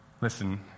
Listen